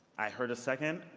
i heard a second.